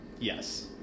Yes